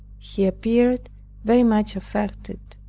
he appeared very much affected.